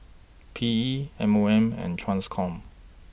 P E M O M and TRANSCOM